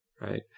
right